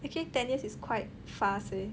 actually ten years is quite fast leh